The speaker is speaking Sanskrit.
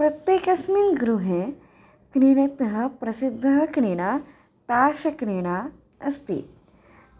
प्रत्येकस्मिन् गृहे क्रीडतः प्रसिद्धा क्रीडा ताश क्रीडा अस्ति